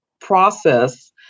process